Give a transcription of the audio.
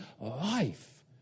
life